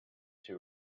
two